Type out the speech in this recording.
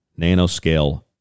nanoscale